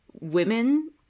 women